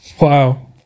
Wow